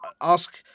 ask